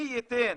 מי ייתן